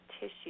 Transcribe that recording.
tissue